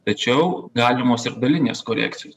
tačiau galimos ir dalinės korekcijos